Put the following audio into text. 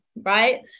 right